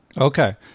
Okay